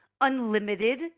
unlimited